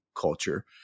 culture